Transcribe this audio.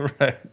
Right